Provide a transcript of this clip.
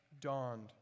dawned